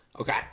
Okay